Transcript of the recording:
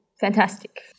fantastic